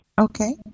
Okay